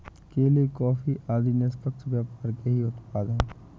केले, कॉफी आदि निष्पक्ष व्यापार के ही उत्पाद हैं